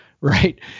right